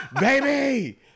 Baby